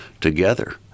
together